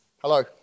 Hello